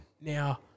Now